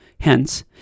Hence